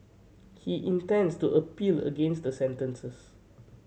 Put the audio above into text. he intends to appeal against the sentences